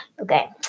Okay